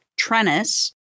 Trennis